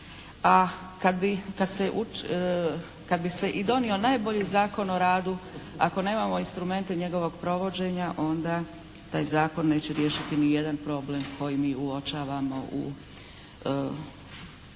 A kad bi se i donio najbolji Zakon o radu, ako nemamo instrumente njegovog provođenja onda taj zakon neće riješiti ni jedan problem koji mi uočavamo u radnim